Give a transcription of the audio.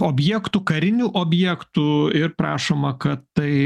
objektų karinių objektų ir prašoma kad tai